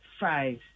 five